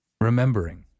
remembering